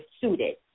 suited